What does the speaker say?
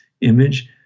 image